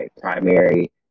primary